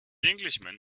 englishman